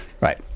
Right